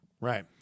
Right